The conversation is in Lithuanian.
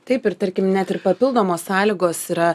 taip ir tarkim net ir papildomos sąlygos yra